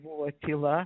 buvo tyla